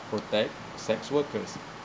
protect sex workers